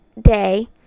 day